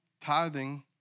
Tithing